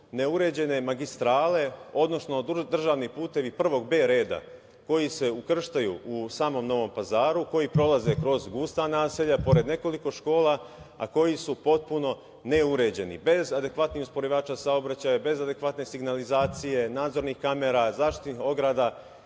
neuređene magistrale, odnosno državni putevi prvog B reda, koji se ukrštaju u samom Novom Pazaru, koji prolaze kroz gusta naselja, pored nekoliko škola, a koji su potpuno neuređeni, bez adekvatnih usporivača saobraćaja, bez adekvatne signalizacije, nadzornih kamera, zaštitnih ograda